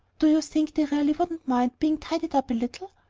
do you think they really wouldn't mind being tidied up a little?